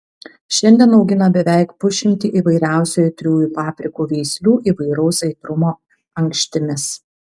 šiandien augina beveik pusšimtį įvairiausių aitriųjų paprikų veislių įvairaus aitrumo ankštimis